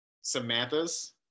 Samantha's